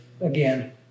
again